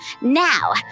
Now